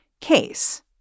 case